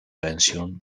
pension